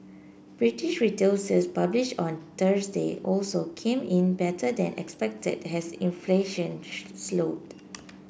British retail sales published on Thursday also came in better than expected as inflation slowed